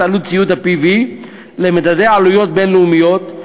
עלות ציוד ה-PV למדדי עלויות בין-לאומיות,